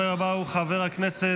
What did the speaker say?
הדובר הבא הוא חבר הכנסת